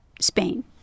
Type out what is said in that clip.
Spain